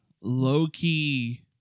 low-key